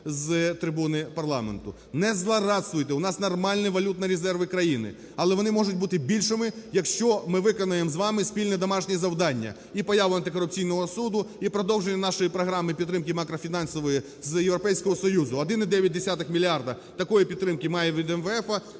з трибуни парламенту. Не злорадствуйте, у нас нормальні валютні резерви країни, але вони можуть бути більшими, якщо ми виконаємо з вами спільне домашнє завдання: і появу антикорупційного суду, і продовження нашої програми підтримки макрофінансової з Європейського Союзу, 1,9 мільярда такої підтримки маємо від МВФ